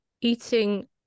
eating